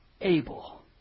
able